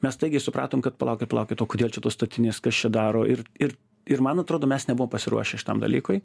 mes staigiai supratom kad palaukit palaukit o kodėl čia tos statinės kas čia daro ir ir ir man atrodo mes nebuvom pasiruošę šitam dalykui